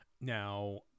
Now